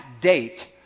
date